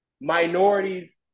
minorities